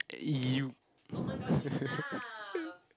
you